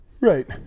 right